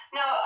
no